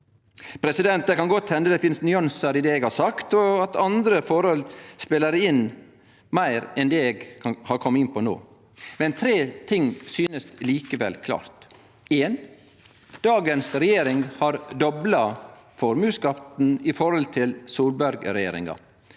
utlendingane Det kan godt hende det finst nyansar i det eg har sagt, og at andre forhold spelar inn, meir enn dei eg har kome inn på no, men tre ting synest likevel klart: 1. Dagens regjering har dobla formuesskatten i forhold til Solberg-regjeringa